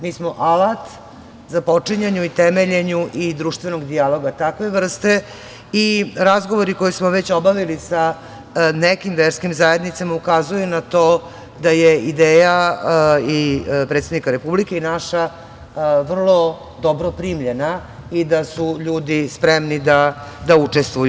Mi smo alat započinjanju i temeljenu i društvenog dijaloga takve vrste i razgovori koje smo već obavili sa nekim verskim zajednicama ukazuju na to da je ideja i predsednika Republike i naša vrlo dobro primljena i da su ljudi spremni da učestvuju.